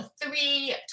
three